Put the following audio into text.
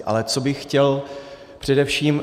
Ale co bych chtěl říct především.